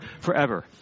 forever